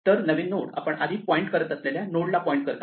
तर नवीन नोड आपण आधी पॉईंट करत असलेल्या नोड ला पॉईंट करत आहे